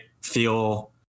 feel